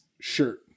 shirt